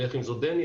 נניח אם זו דניה,